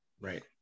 right